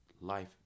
life